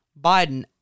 Biden